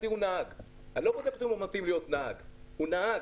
אני לא בודק אם הוא מתאים להיות נהג, הוא כבר נהג.